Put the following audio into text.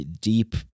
deep